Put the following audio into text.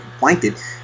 blanket